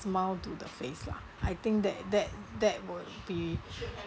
smile to the face lah I think that that that would be